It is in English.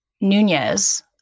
Nunez